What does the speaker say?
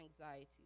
anxiety